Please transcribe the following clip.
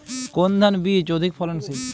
কোন ধান বীজ অধিক ফলনশীল?